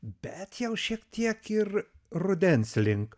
bet jau šiek tiek ir rudens link